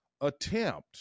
attempt